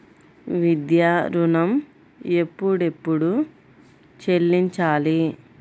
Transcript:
విద్యా ఋణం ఎప్పుడెప్పుడు చెల్లించాలి?